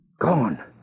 Gone